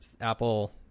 apple